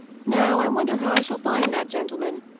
now, i wonder how i shall find that gentleman?